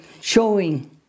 showing